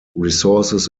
resources